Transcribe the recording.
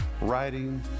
writing